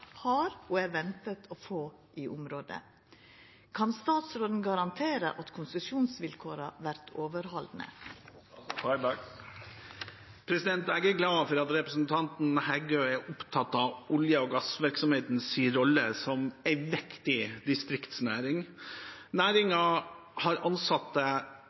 har og er ventet å få i området». Kan statsråden garantere at konsesjonsvilkåra vert overhaldne?» Jeg er glad for at representanten Heggø er opptatt av olje- og gassvirksomhetens rolle som en viktig distriktsnæring. Næringen har ansatte